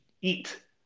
eat